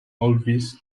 olvis